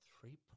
three